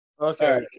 Okay